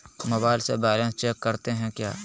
Mobile से balance check करते हैं क्या?